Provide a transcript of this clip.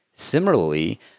similarly